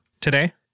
today